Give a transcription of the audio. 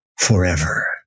forever